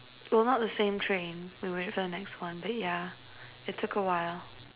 well not the same train we waited for the next one but yeah it took a while